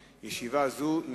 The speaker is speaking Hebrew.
16:00.